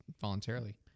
voluntarily